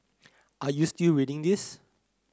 are you still reading this